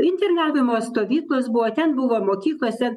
internavimo stovyklos buvo ten buvo mokyklose